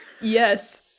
Yes